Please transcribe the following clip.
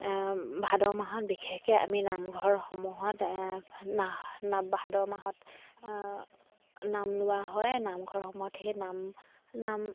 ভাদ মাহত বিশেষকৈ আমি নামঘৰসমূহত নাম ভাদৰ মাহত নাম লোৱা হয় নামঘৰসমূহত সেই নাম নাম